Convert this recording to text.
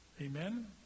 Amen